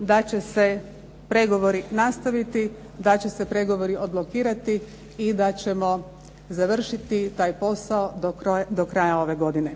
da će se pregovori nastaviti, da će se pregovori odblokirati i da ćemo završiti taj posao do kraja ove godine.